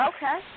Okay